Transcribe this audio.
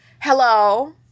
Hello